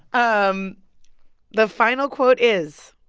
um the final quote is,